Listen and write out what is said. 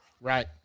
right